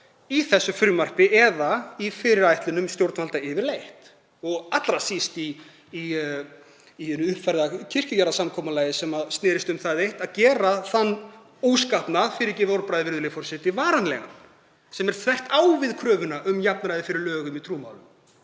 í þessu frumvarpi eða í fyrirætlunum stjórnvalda yfirleitt, allra síst í uppfærðu kirkjujarðasamkomulagi sem snerist um það eitt að gera þann óskapnað, fyrirgefið orðbragðið, virðulegi forseti, varanlegan, sem er þvert á við kröfuna um jafnræði fyrir lögum í trúmálum.